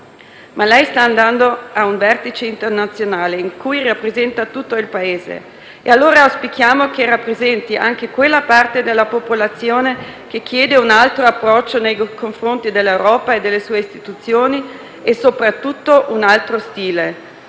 Ma lei sta andando a un vertice internazionale in cui rappresenta tutto il Paese e, allora, auspichiamo che rappresenti anche quella parte della popolazione che chiede un altro approccio nei confronti dell'Europa e delle sue istituzioni e, soprattutto, un altro stile.